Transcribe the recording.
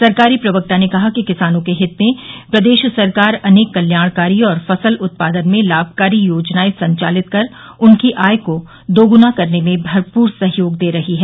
सरकारी प्रवक्ता ने कहा कि किसानों के हित में प्रदेश सरकार अनेक कल्याणकारी और फसल उत्पादन में लाभकारी योजनाएं संचालित कर उनकी आय दो गुना करने में भरपूर सहयोग दे रही है